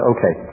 Okay